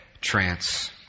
trance